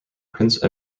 prince